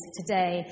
today